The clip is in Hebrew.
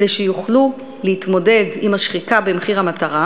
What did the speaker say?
כדי שיוכלו להתמודד עם השחיקה במחיר המטרה,